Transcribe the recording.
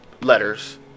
letters